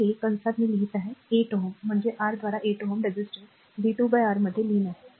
तर हे कंसात मी लिहित आहे 8 Ω म्हणजे आर द्वारा 8 Ω रेझिस्टर v2 by R मध्ये लीन आहे